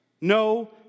No